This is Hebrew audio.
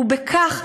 ובכך,